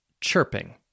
chirping